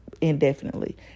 indefinitely